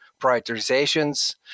prioritizations